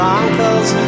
uncles